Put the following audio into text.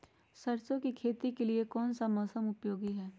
सरसो की खेती के लिए कौन सा मौसम उपयोगी है?